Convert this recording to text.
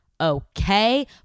okay